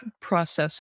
process